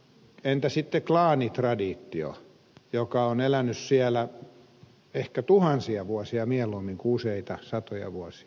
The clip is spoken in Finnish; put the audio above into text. entä sitten klaanitraditio joka on elänyt siellä ehkä tuhansia vuosia mieluummin kuin useita satoja vuosia